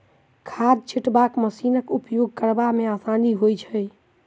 खाद छिटबाक मशीनक उपयोग करबा मे आसानी होइत छै